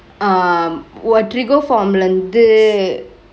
err wa~ trigo form ல இருத்து:la irunthu